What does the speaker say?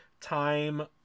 time